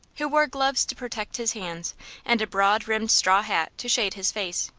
who wore gloves to protect his hands and a broad-rimmed straw hat to shade his face.